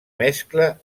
mescla